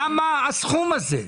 למה הסכום הזה?